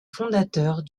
fondateurs